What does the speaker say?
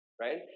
Right